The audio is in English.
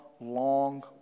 long